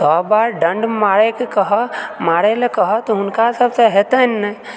सए बार दण्ड मारयकऽ कहय मारयलऽ कहऽ तऽ हुनका सभसँ हेतनि नहि